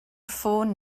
ffôn